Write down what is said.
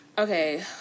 okay